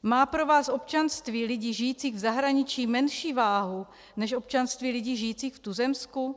Má pro vás občanství lidí žijících v zahraničí menší váhu než občanství lidí žijících v tuzemsku?